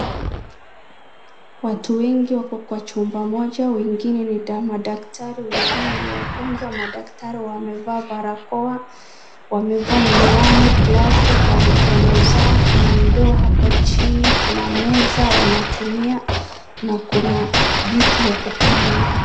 watu wengi wako katika chumba moja wengine ni madaktari wengine ni wagonjwa madaktari wamevaa barakoa wamevaa miwani glavu kwa mikono zao kuna ndoo hapo chini kuna meza wanatumia na kuna viti ya kukalia